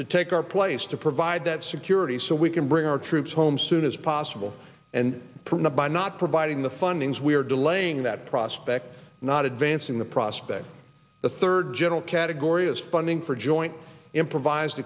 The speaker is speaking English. to take our place to provide that security so we can bring our troops home soon as possible and from the by not providing the funding as we are delaying that prospect not advancing the prospect a third general category of funding for joint improvised